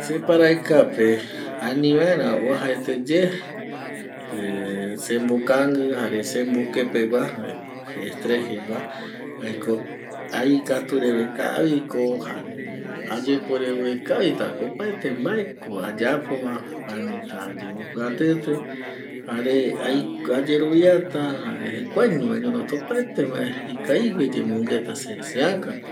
Separaɨkɨa pe ani vaera vuaja ete ye semokanguɨ jare sembokepegua jaeko estrés jei va jaeko aikatu reve kavi ko jare ayepou reve kavi ko opaete mbae ayapo va anita ayembo piatɨtɨ jare ayeroviata jare jokuaeño añonota opaete mbae ikavigue yemongueta se seaka pe